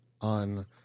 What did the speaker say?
on